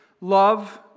love